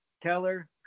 Keller